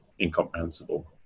incomprehensible